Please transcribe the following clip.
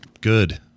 good